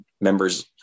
members